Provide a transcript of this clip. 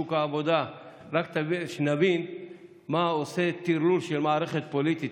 לשוק העבודה רק שנבין מה עושה טרלול של מערכת פוליטית: